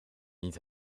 niet